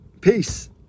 Peace